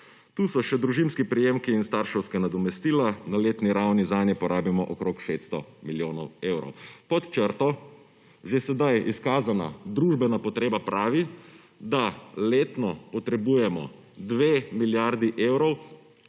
Tukaj so še družinski prejemki in starševska nadomestila na letni ravni zanje porabimo okrog 600 milijonov evrov. Pod črto že sedaj izkazana družbena potreba pravi, da letno potrebujemo 2 milijardi evrov